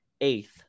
eighth